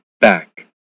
BACK